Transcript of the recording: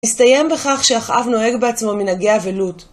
מסתיים בכך שאחאב נוהג בעצמו מנהגי אבלות.